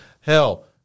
Hell